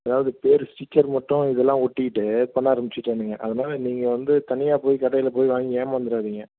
அதாவது பேர் ஸ்டிக்கர் மட்டும் இதெல்லாம் ஒட்டிவிட்டு பண்ண ஆரம்பிச்சிட்டானுங்க அதனாலே நீங்கள் வந்து தனியாக போய் கடையில் போய் வாங்கி ஏமாந்துடாதிங்க